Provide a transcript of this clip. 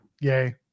Yay